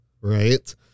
right